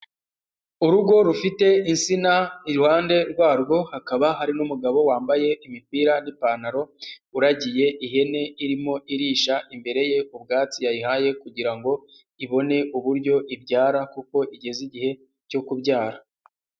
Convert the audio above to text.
Urugo rufite insina iruhande rwarwo, hakaba hari n'umugabo wambaye imipira n'ipantaro, uragiye ihene irimo irisha imbere ye ubwatsi yayihaye kugira ngo ibone uburyo ibyara kuko igeze igihe cyo kubyara.